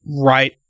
right